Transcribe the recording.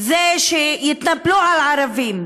בזה שיתנפלו על ערבים,